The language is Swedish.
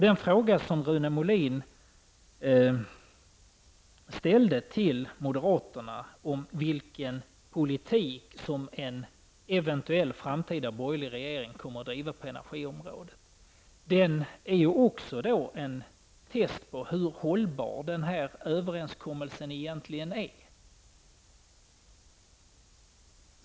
Den fråga som Rune Molin ställde till moderaterna om vilken politik som en eventuell framtida borgerlig regering kommer att driva på energiområdet är också en test på hur hållbar överenskommelsen egentligen är.